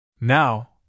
Now